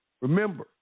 Remember